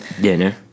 dinner